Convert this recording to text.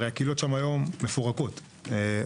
הרי הקהילות שם היום מפורקות חלקן,